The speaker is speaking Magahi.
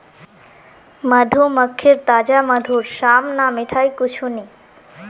मधुमक्खीर ताजा मधुर साम न मिठाई कुछू नी